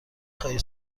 خواهی